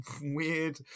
weird